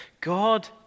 God